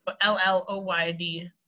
l-l-o-y-d